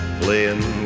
playing